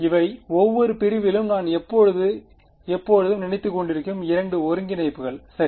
இவை ஒவ்வொரு பிரிவிலும் நான் எப்போதும் நினைத்துக்கொண்டிருக்கும் இரண்டு ஒருங்கிணைப்புகள் சரி